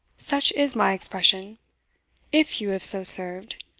such is my expression if you have so served,